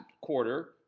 quarter